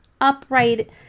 upright